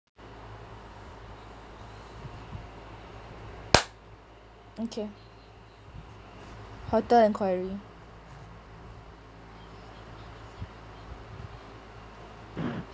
okay hotel inquiry